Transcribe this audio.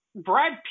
Brad